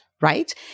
right